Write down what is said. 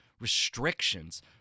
restrictions